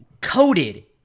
coated